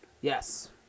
Yes